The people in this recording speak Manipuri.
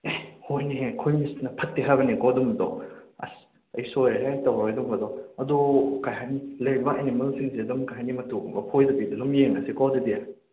ꯍꯣꯏꯅꯦꯍꯦ ꯑꯩꯈꯣꯏ ꯃꯤꯁꯅ ꯐꯠꯇꯦ ꯍꯥꯏꯕꯅꯤꯀꯣ ꯑꯗꯨꯒꯨꯝꯕꯗꯣ ꯑꯁ ꯑꯩ ꯁꯣꯏꯔꯦ ꯍꯦꯛ ꯇꯧꯔꯔꯣꯏ ꯑꯗꯨꯒꯨꯝꯕꯗꯣ ꯑꯗꯣ ꯀꯩ ꯍꯥꯏꯅꯤ ꯂꯦꯔꯤꯕ ꯑꯅꯤꯃꯦꯜꯁꯤꯡꯁꯦ ꯀꯩ ꯍꯥꯏꯅꯤ ꯃꯇꯨꯒꯨꯝꯕ ꯐꯣꯏꯗꯕꯤꯗ ꯑꯗꯨꯝ ꯌꯦꯡꯉꯁꯤꯀꯣ ꯑꯗꯨꯗꯤ